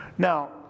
Now